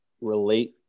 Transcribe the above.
relate